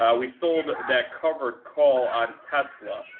ah we sold that covered call on tesla.